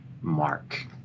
mark